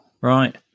Right